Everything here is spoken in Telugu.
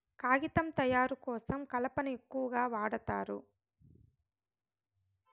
కాగితం తయారు కోసం కలపను ఎక్కువగా వాడుతారు